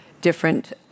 different